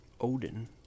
Odin